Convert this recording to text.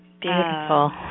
Beautiful